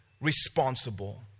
responsible